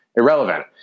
irrelevant